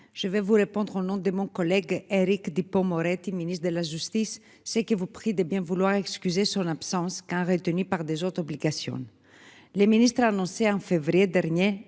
je vais vous répondre au nom de mon collègue Éric Dupond-Moretti, ministre de la justice, ce que vous prie de bien vouloir excuser sur l'absence qu'un retenus par des autres obligations. Les ministres, annoncé en février dernier,